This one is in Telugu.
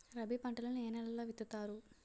రబీ పంటలను ఏ నెలలో విత్తుతారు?